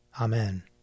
Amen